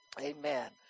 amen